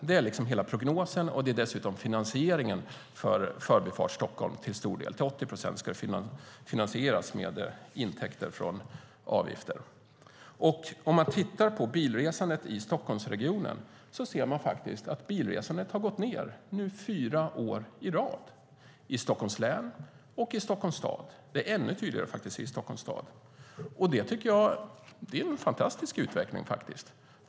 Det är hela prognosen, och det är dessutom det som till stor del är finansieringen av Förbifart Stockholm. Till 80 procent ska den finansieras med intäkter från avgifter. Om man tittar på statistik över bilresandet i Stockholmsregionen ser man faktiskt att det har gått ned under fyra år i rad, både i Stockholms län och i Stockholms stad. Det är ännu tydligare i Stockholms stad, faktiskt. Det är en fantastisk utveckling, tycker jag.